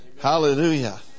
Hallelujah